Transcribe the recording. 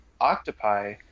octopi